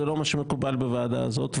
זה לא משהו מקובל בוועדה הזאת.